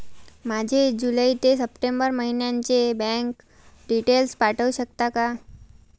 माझे जुलै ते सप्टेंबर महिन्याचे बँक डिटेल्स पाठवू शकता का?